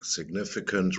significant